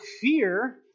fear